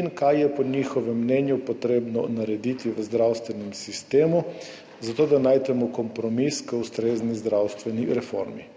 in kaj je po njihovem mnenju potrebno narediti v zdravstvenem sistemu, zato da najdemo kompromis za ustrezno zdravstveno reformo.